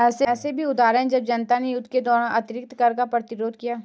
ऐसे भी उदाहरण हैं जब जनता ने युद्ध के दौरान अतिरिक्त कर का प्रतिरोध किया